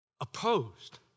opposed